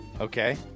Okay